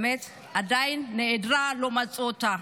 שהיא באמת עדיין נעדרת ולא מוצאים אותה.